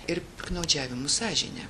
ir piktnaudžiavimu sąžine